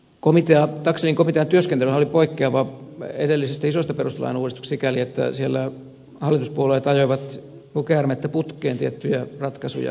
taxellin komitean työskentelyhän oli poik keavaa edellisistä isoista perustuslain uudistuksista sikäli että siellä hallituspuolueet ajoivat kuin käärmettä putkeen tiettyjä ratkaisuja